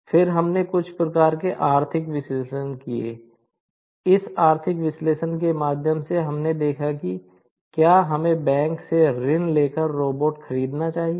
फिर हमने एक रोबोट खरीदना चाहिए